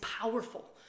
powerful